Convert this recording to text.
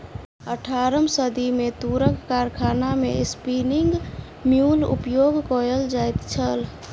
अट्ठारम सदी मे तूरक कारखाना मे स्पिन्निंग म्यूल उपयोग कयल जाइत छल